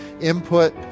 input